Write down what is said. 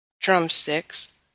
drumsticks